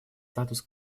статус